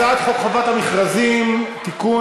הצעת חוק חובת המכרזים (תיקון,